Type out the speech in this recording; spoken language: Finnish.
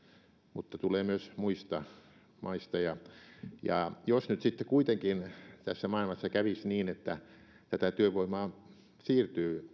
mutta tulee myös muista maista jos sitten kuitenkin tässä maailmassa kävisi niin että tätä työvoimaa siirtyy